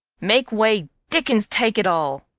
make way, dickens take it all.